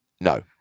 No